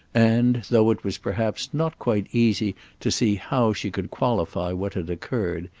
and, though it was perhaps not quite easy to see how she could qualify what had occurred,